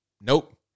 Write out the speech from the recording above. Nope